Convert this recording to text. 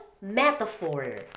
metaphor